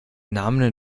name